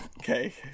Okay